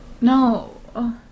No